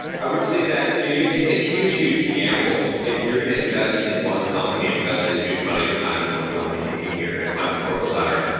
i would say that you know you're taking a huge, huge gamble if you're going to invest in one company, invest a huge amount of your time in one company thinking you're going to climb the corporate ladder.